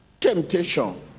temptation